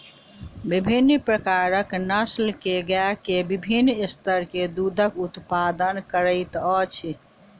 विभिन्न प्रकारक नस्ल के गाय के विभिन्न स्तर के दूधक उत्पादन करैत अछि